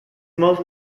most